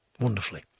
wonderfully